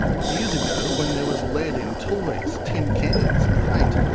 years ago, when there was lead in toys, tin cans, and paint,